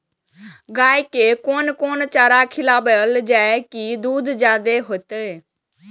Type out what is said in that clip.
गाय के कोन कोन चारा खिलाबे जा की दूध जादे होते?